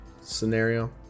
scenario